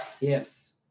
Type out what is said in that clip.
Yes